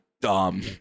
dumb